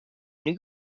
new